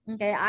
Okay